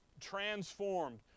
transformed